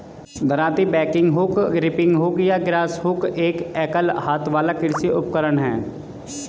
दरांती, bagging hook, reaping hook या grass hook एक एकल हाथ वाला कृषि उपकरण है